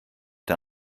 der